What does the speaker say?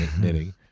knitting